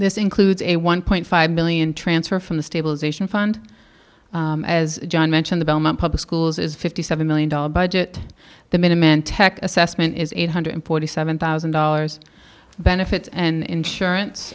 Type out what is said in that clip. this includes a one point five million transfer from the stabilization fund as john mentioned the public schools is fifty seven million dollars budget the minutemen tech assessment is eight hundred forty seven thousand dollars benefits and insurance